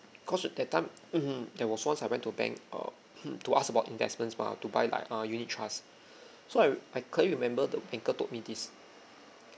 cause uh that time there was once I went to bank um to ask about investments mah to buy like uh unit trust so I I clearly remember the banker told me this